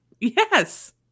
Yes